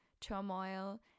turmoil